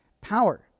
power